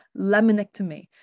laminectomy